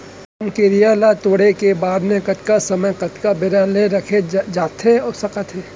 रमकेरिया ला तोड़े के बाद कतका समय कतका बेरा ले रखे जाथे सकत हे?